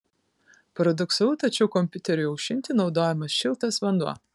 paradoksalu tačiau kompiuteriui aušinti naudojamas šiltas vanduo